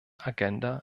agenda